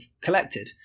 collected